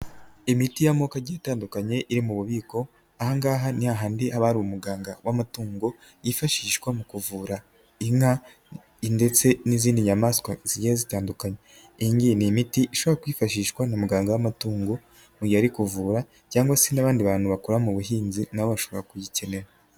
Imiti y'amoko ye itandukanye iri mu bubiko, ahangaha ni ha handi umuganga w'amatungo yifashishwa mu kuvura inka ndetse n'izindi nyamaswa zigiye zitandukanye. Iyi ni imiti ishobora kwifashishwa na muganga w'amatungo mu gihe agiye kuvura cyangwa se n'abandi bantu bakora mu buhinzi nabo bashobora kuyikenera.